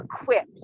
equipped